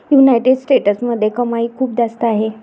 United स्टेट्समध्ये कमाई खूप जास्त आहे